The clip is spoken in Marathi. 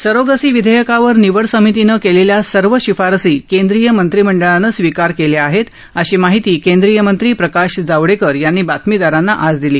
सरोगसी विधेयकावर निवड समितीनं केलेल्या सर्व शिफारसी केंद्रीय मंत्रीमंडळानं स्वीकार केल्या आहेत अशी माहिती केंद्रीय मंत्री प्रकाश जावडेकर यांनी बातमीदारांना आज दिली